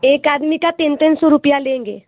एक आदमी का तीन तीन सौ रुपया देंगे